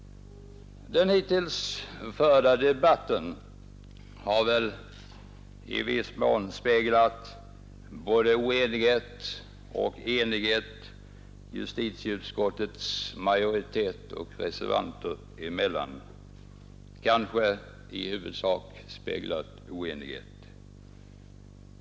Den hittills förda debatten har speglat både oenighet och enighet justitieutskottets majoritet och reservanter emellan, kanske i huvudsak oenighet.